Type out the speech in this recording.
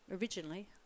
originally